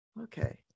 okay